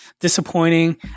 disappointing